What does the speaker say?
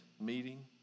meeting